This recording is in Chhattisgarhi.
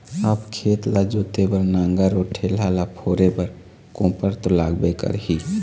अब खेत ल जोते बर नांगर अउ ढेला ल फोरे बर कोपर तो लागबे करही